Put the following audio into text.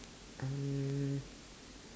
um